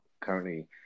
currently